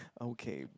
okay